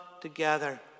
together